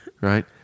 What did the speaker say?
right